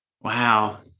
Wow